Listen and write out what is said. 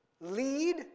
lead